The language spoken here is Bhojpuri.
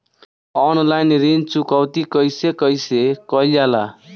ऑनलाइन ऋण चुकौती कइसे कइसे कइल जाला?